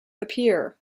appear